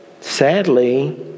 Sadly